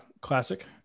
classic